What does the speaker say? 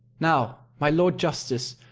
now, my lord justice,